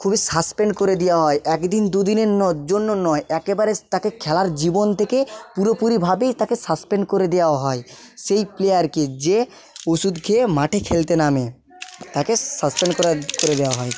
খুবই সাসপেন্ড করে দেওয়া হয় একদিন দুদিনের জন্য নয় একেবারে তাকে খেলার জীবন থেকে পুরোপুরিভাবেই তাকে সাসপেন্ড করে দেওয়া হয় সেই প্লেয়ারকে যে ওষুধ খেয়ে মাঠে খেলতে নামে তাকে সাসপেন্ড করে দেওয়া হয়